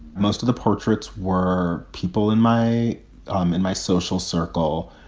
most of the portraits were people in my um in my social circle.